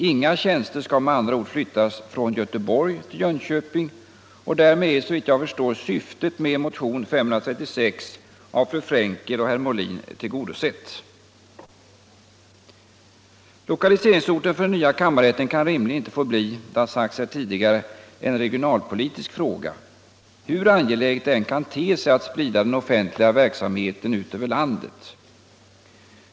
Inga tjänster skall med andra ord flyttas från Göteborg till Jönköping. Därmed är, såvitt jag förstår, syftet med motionen 536 av fru Frenkel och herr Molin tillgodosett. Lokaliseringsorten för den nya kammarrätten kan rimligen inte få bli en regionalpolitisk fråga, hur angeläget det än kan te sig att sprida den offentliga verksamheten ut över landet.